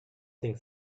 thing